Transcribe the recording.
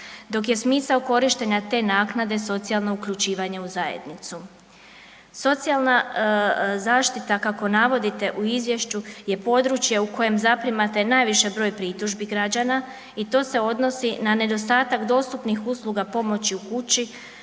dok je smisao te naknade socijalno uključivanje u zajednicu. Socijalna zaštita kako navodite u izvješću je područje u koje zaprimate najviše broj pritužbi građana i to se odnosi na nedostatak dostupnih usluga pomoć u kući,